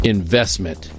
Investment